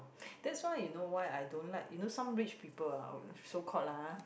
that's why you know why I don't like you know some rich people ah so called lah ah